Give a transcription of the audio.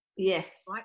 Yes